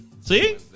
See